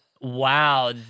wow